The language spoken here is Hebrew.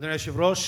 אדוני היושב-ראש,